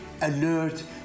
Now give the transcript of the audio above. alert